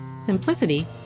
simplicity